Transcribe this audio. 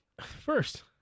First